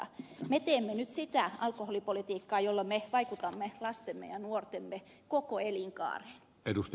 me teemme nyt sitä alkoholipolitiikkaa jolla me vaikutamme lastemme ja nuortemme koko elinkaareen